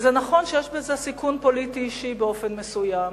ונכון שיש בזה סיכון פוליטי אישי באופן מסוים,